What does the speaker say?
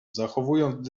zachowując